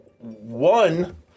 One